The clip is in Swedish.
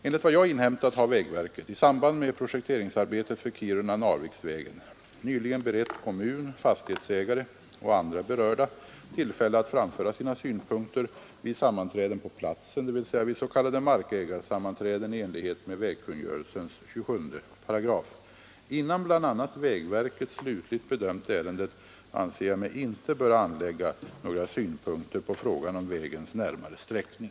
Enligt vad jag inhämtat har vägverket i samband med projekteringsarbetet för Kiruna—Narviksvägen nyligen berett kommun, fastighetsägare och andra berörda tillfälle att framföra sina synpunkter vid sammanträden på platsen, dvs. vid s.k. markägarsammanträden i enlighet med vägkungörelsens 27 §. Innan bl.a. vägverket slutligt bedömt ärendet, anser jag mig inte böra anlägga några synpunkter på frågan om vägens närmare sträckning.